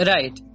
Right